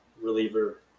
reliever